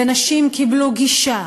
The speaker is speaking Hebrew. ונשים קיבלו גישה